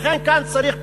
ולכן כאן צריך פיקוח,